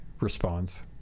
responds